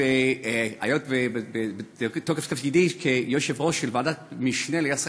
היות שבתוקף תפקידי כיושב-ראש ועדת משנה ליחסי